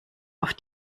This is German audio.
auf